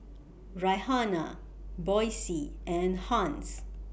Rihanna Boysie and Hans